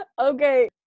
Okay